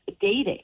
dating